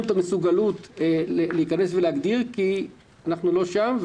מסוגלות להיכנס ולהגדיר כי אנחנו לא שם.